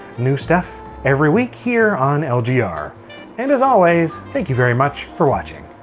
new stuff every week here on lgr. and as always, thank you very much for watching!